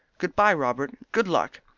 good-bye, robert! good luck!